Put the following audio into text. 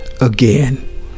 again